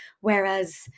Whereas